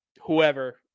whoever